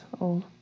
old